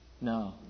No